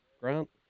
Grant